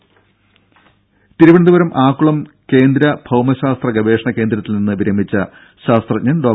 രുഭ തിരുവനന്തപുരം ആക്കുളം കേന്ദ്ര ഭൌമശാസ്ത്ര ഗവേഷണ കേന്ദ്രത്തിൽ നിന്ന് വിരമിച്ച ശാസ്ത്രജ്ഞൻ ഡോ